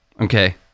Okay